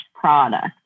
product